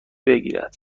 بگیرد